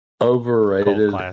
Overrated